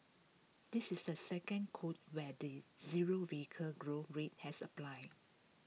this is the second quota where the zero vehicle growth rate has applied